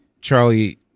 Charlie